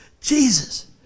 Jesus